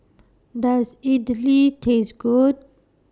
Does Idili Taste Good